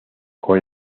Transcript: con